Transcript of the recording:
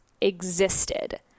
existed